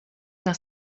nach